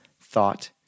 thought